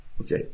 Okay